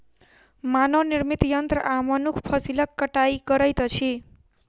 मानव निर्मित यंत्र आ मनुख फसिलक कटाई करैत अछि